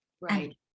right